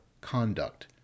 conduct